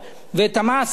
ואת מס היסף,